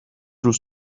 روز